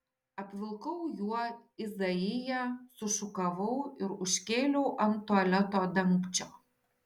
apvilkau juo izaiją sušukavau ir užkėliau ant tualeto dangčio